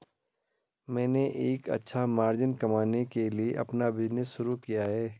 मैंने एक अच्छा मार्जिन कमाने के लिए अपना बिज़नेस शुरू किया है